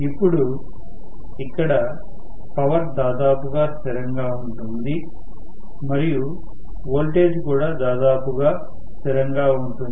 ఇప్పుడు ఇక్కడ పవర్ దాదాపుగా స్థిరంగా ఉంటుంది మరియు వోల్టేజ్ కూడా దాదాపుగా స్థిరంగా ఉంటుంది